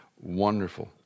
wonderful